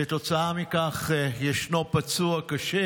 כתוצאה מכך ישנו פצוע קשה.